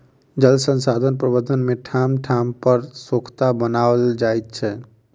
जल संसाधन प्रबंधन मे ठाम ठाम पर सोंखता बनाओल जाइत छै